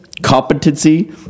Competency